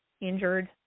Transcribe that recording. injured